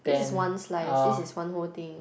this is one slice this is one whole thing